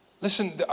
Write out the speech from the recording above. Listen